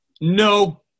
No